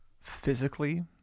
physically